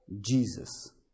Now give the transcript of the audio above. Jesus